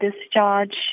discharge